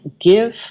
give